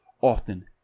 often